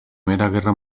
guerra